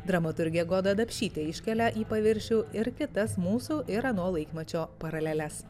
dramaturgė goda dapšytė iškelia į paviršių ir kitas mūsų ir ano laikmečio paraleles